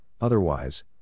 otherwise